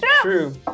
True